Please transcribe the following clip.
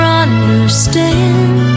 understand